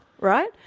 right